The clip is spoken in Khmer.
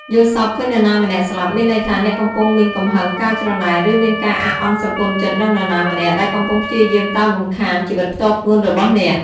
យល់សប្តិឃើញនរណាម្នាក់ស្លាប់ មានន័យថាអ្នកកំពុងមាន កំហឹង ការច្រណែន ឬមានការអាក់អន់ស្រពន់ចិត្តនឹងនរណាម្នាក់ ដែលកំពុងព្យាយាមតាមរំខាន ជីវិតផ្ទាល់ខ្លួនរបស់អ្នក។